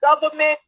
government